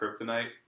kryptonite